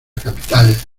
capital